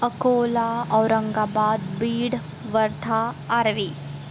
Akola Aurangabad Beed Wardha Arvi